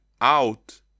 out